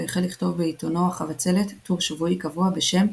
והחל לכתוב בעיתונו "החבצלת" טור שבועי קבוע בשם